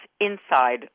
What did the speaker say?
inside